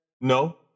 No